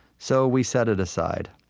so we set it aside.